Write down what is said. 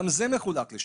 גם זה מחולק לשניים: